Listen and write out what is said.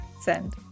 send